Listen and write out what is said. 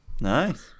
nice